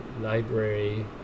library